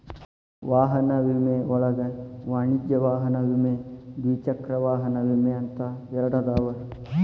ವಾಹನ ವಿಮೆ ಒಳಗ ವಾಣಿಜ್ಯ ವಾಹನ ವಿಮೆ ದ್ವಿಚಕ್ರ ವಾಹನ ವಿಮೆ ಅಂತ ಎರಡದಾವ